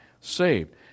saved